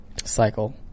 Cycle